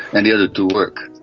and the other to work.